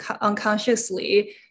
unconsciously